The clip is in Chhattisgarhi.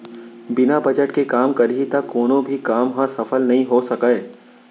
बिना बजट के काम करही त कोनो भी काम ह सफल नइ हो सकय